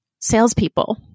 salespeople